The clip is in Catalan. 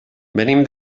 venim